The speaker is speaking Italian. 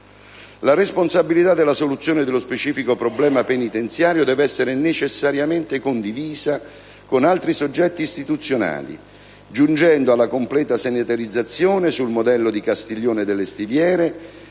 La responsabilità della soluzione dello specifico problema penitenziario deve essere necessariamente condivisa con altri soggetti istituzionali giungendo alla completa sanitarizzazione, sul modello di Castiglione delle Stiviere,